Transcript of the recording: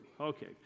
Okay